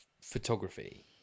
photography